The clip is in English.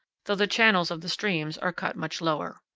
though the channels of the streams are cut much lower.